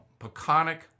Peconic